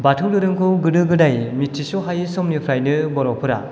बाथौ धाेरोमखौ गोदो गोदाय मिथिस'हायै समनिफ्रायनो बर'फोरा